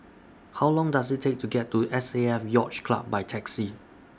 How Long Does IT Take to get to S A F Yacht Club By Taxi